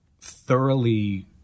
thoroughly